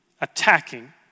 attacking